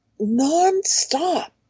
non-stop